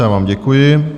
Já vám děkuji.